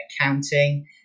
Accounting